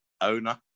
Owner